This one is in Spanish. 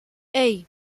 hey